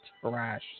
trash